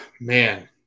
Man